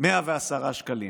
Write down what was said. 22,110 שקלים.